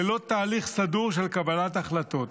ללא תהליך סדור של קבלת החלטות,